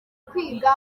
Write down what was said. kwiga